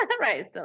Right